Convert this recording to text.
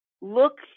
look